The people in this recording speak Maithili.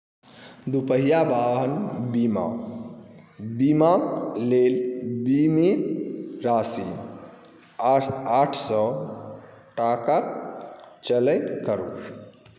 दुपहिया वाहन बीमा बीमा लेल बीमित राशि आठ सए टाकाक चयन करु